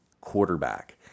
quarterback